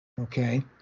Okay